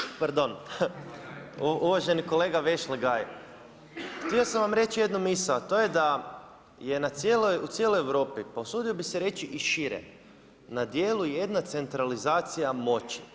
Kolega, pardon, uvaženi kolega Vešligaj, htio sam vam reći jednu misao, a to je da je u cijeloj Europi, pa usudio bi se reći i šire, na dijelu jedna centralizacija moći.